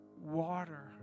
water